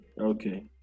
Okay